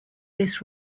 this